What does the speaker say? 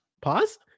pause